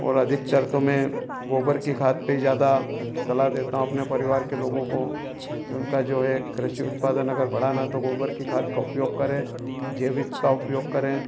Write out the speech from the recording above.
और अधिकतर तो मैं गोबर की खाद पर ही ज़्यादा सलाह देता हूँ अपने परिवार के लोगों को कि उनका जो है कृषि उत्पादन अगर बढ़ाना तो गोबर की खाद का उपयोग करें जैविक का उपयोग करें